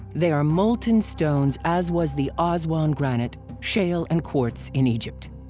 they are molten stones as was the aswan granite, shale and quartz in egypt.